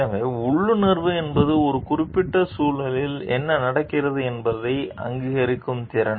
எனவே உள்ளுணர்வு என்பது ஒரு குறிப்பிட்ட சூழ்நிலையில் என்ன நடக்கிறது என்பதை அங்கீகரிக்கும் திறன்